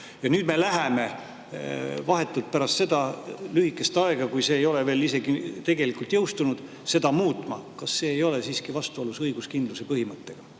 Ja nüüd me läheme vahetult pärast seda lühikest aega, kui see ei ole veel isegi tegelikult jõustunud, seda muutma. Kas see ei ole vastuolus õiguskindluse põhimõttega